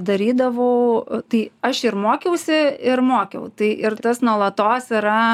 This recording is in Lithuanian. darydavau tai aš ir mokiausi ir mokiau tai ir tas nuolatos yra